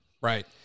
right